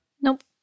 Nope